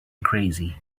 crazy